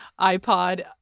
iPod